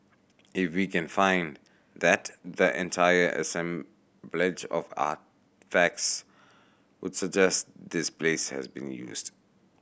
if we can find that the entire assemblage of artefacts would suggest this place has been used